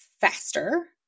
faster